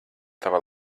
tava